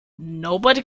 nobody